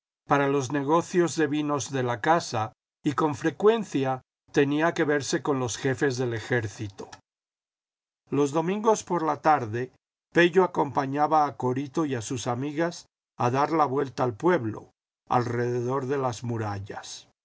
para los negocios de vinos de la casa y con frecuencia tenía que verse con los jefes del ejército los domingos por la tarde pello acompañaba a corito y a sus amigas a dar la vuelta al pueblo alrededor de las murallas